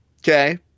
Okay